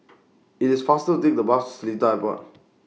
IT IS faster to Take The Bus Seletar Airport